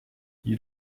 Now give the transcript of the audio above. you